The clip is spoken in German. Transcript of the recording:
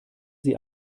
sie